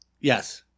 Yes